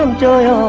um julia